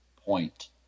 point